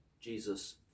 Jesus